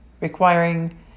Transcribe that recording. requiring